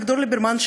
אביגדור ליברמן,